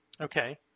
Okay